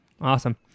Awesome